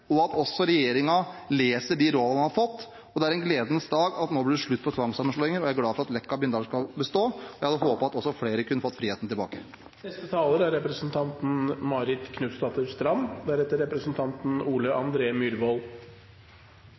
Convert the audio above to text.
og at også regjeringen leser de rådene man har fått. Det er en gledens dag fordi det nå blir slutt på tvangssammenslåinger. Jeg er glad for at Leka og Bindal skal bestå. Jeg hadde håpet at også flere kunne fått friheten tilbake. Dette handler om folk, folks liv, tjenestene de har krav på, og hverdagen de lever. Jeg må spørre forsamlingen: Er